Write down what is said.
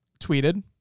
tweeted